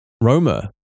Roma